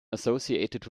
associated